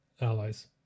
allies